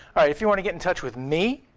if you want to get in touch with me,